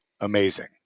amazing